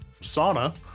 sauna